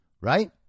right